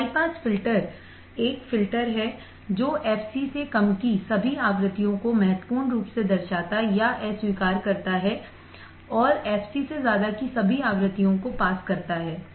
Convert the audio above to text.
high pass filter एक filter है जो fc से कम की सभी आवृत्तियों को महत्वपूर्ण रूप से दर्शाता या अस्वीकार करता है और fc से ज्यादा की सभी आवृत्तियों को पास करता है